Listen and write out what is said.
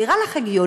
נראה לך הגיוני?